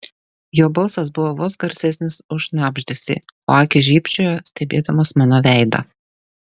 jo balsas buvo vos garsesnis už šnabždesį o akys žybčiojo stebėdamos mano veidą